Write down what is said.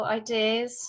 ideas